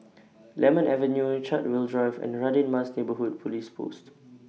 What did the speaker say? Lemon Avenue Chartwell Drive and Radin Mas Neighbourhood Police Post